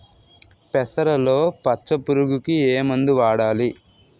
పెసరలో పచ్చ పురుగుకి ఏ మందు వాడాలి?